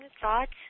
thoughts